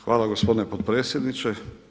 Hvala gospodine potpredsjedniče.